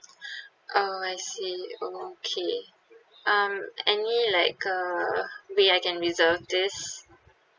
oh I see okay um any like err way I can reserve this